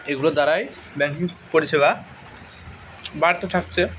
এগুলো দ্বারাই ব্যাঙ্কিং পরিষেবা বাড়তে থাকছে